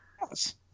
Yes